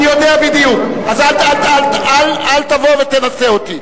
אני יודע בדיוק, אז אל תבוא ותנסה אותי.